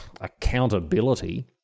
accountability